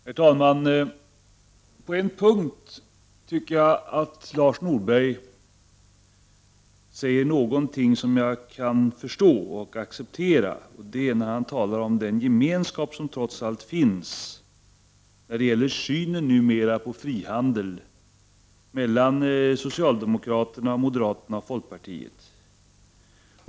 Herr talman! På en punkt tycker jag att Lars Norberg säger någonting som jag kan förstå och acceptera. Det är när han talar om den gemenskap som trots allt finns mellan socialdemokraterna, moderaterna och folkpartiet när det gäller synen numera på frihandel.